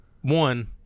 one